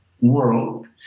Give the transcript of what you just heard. world